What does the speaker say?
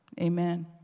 Amen